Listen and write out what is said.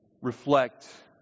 reflect